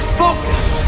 focus